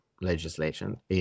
legislation